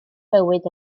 bywyd